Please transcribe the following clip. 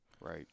Right